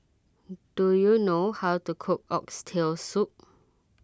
do you know how to cook Oxtail Soup